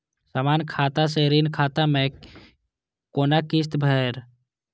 समान खाता से ऋण खाता मैं कोना किस्त भैर?